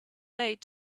late